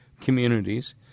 communities